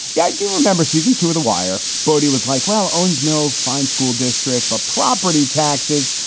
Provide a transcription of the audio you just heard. yeah, i do remember season two of the wire. brody was like, well, owings mills, fine school district, but property taxes.